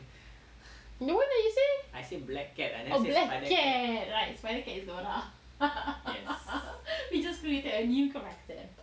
the one that you say oh black cat right spider cat is the we just created a new character